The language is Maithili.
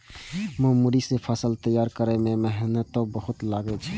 मूंगरी सं फसल तैयार करै मे मेहनतो बहुत लागै छै